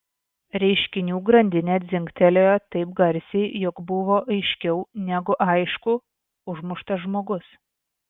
reiškinių grandinė dzingsėjo taip garsiai jog buvo aiškiau negu aišku užmuštas žmogus